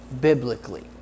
biblically